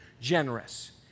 generous